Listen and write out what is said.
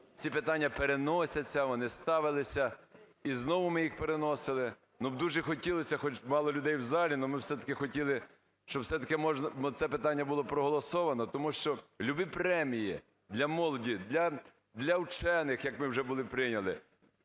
ці питання переносяться, вони ставилися і знову ми їх переносили. Ну, дуже хотілося, хоч мало людей в залі, но ми все-таки хотіли, щоби все-таки, може, це питання було проголосоване. Тому що любі премії для молоді, для учених, як ми вже були прийняли,